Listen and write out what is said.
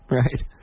right